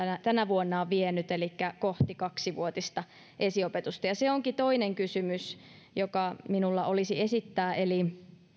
tänä vuonna on vienyt elikkä kohti kaksivuotista esiopetusta ja se onkin toinen kysymys joka minulla olisi esittää eli